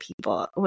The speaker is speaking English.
people